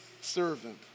servant